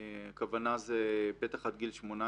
הכוונה זה בטח עד גיל 18,